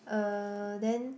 uh then